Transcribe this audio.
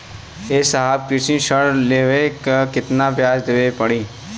ए साहब कृषि ऋण लेहले पर कितना ब्याज देवे पणी?